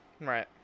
Right